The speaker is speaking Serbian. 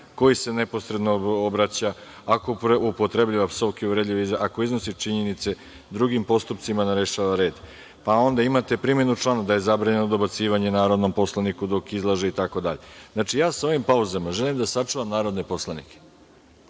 koji se neposredno obraća, ako upotrebljava psovke, uvredljive izraze, ako iznosi činjenice, drugim postupcima narušava red. Onda imate primenu člana da je zabranjeno dobacivanje narodnom poslaniku dok izlaže, itd. Znači, ja sa ovim pauzama želim da sačuvam narodne poslanike,